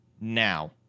now